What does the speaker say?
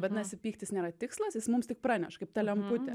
vadinasi pyktis nėra tikslas jis mums tik praneša kaip ta lemputė